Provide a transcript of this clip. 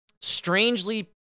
strangely